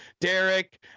Derek